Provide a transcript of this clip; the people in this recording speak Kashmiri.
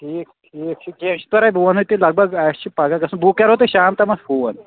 ٹھیٖک ٹھیٖک چھِ کیٚنہہ چھُنہٕ پرواے بہٕ وَنہَو تیٚلہِ لَگ بَگ اَسہِ چھِ پگاہ گژھُن بہٕ کَرٕہَو تۄہہِ شام تامَتھ فون